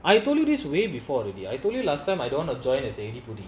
I told you this way before already I told you last time I don't want to join as anybody